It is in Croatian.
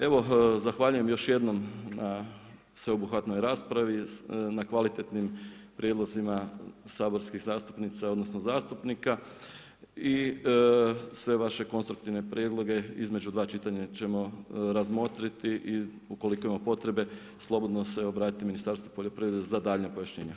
Evo zahvaljujem još jednom na sveobuhvatnoj raspravi, na kvalitetnim prijedlozima saborskih zastupnica odnosno zastupnika i sve vaše konstruktivne prijedloge između dva čitanja ćemo razmotriti i ukoliko ima potrebe slobodno se obratite Ministarstvu poljoprivrede za daljnja pojašnjenja.